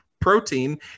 protein